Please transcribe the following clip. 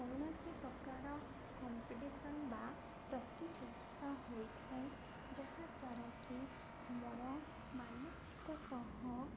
କୌଣସି ପ୍ରକାର କମ୍ପିଟିସନ୍ ବା ପ୍ରତିଯୋଗିତା ହୋଇଥାଏ ଯାହାଦ୍ୱାରା କିି ଆମର ମାନସିକ ସହ